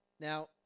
Now